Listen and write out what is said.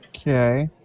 Okay